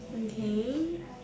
okay